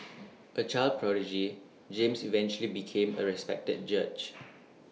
A child prodigy James eventually became A respected judge